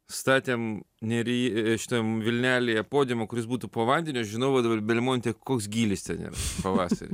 statėm nery šitoj vilnelėje podiumą kuris būtų po vandeniu aš žinau va dabar belmonte koks gylis ten yra pavasarį